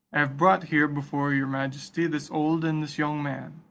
have brought here before your majesty this old and this young man,